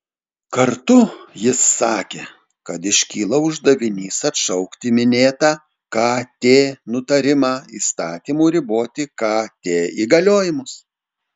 kartu jis sakė kad iškyla uždavinys atšaukti minėtą kt nutarimą įstatymu riboti kt įgaliojimus